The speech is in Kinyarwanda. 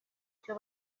icyo